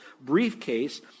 briefcase